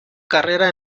carrera